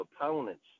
opponents